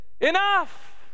enough